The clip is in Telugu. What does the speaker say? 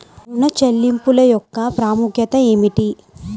ఋణ చెల్లింపుల యొక్క ప్రాముఖ్యత ఏమిటీ?